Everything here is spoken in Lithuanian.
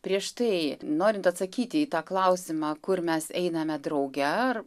prieš tai norint atsakyti į tą klausimą kur mes einame drauge ar